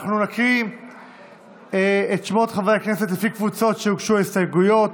אנחנו נקריא את שמות חברי הכנסת לפי הקבוצות שהגישו הסתייגויות.